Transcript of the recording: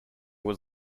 was